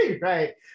Right